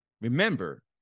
Remember